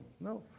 No